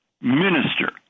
minister